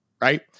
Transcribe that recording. right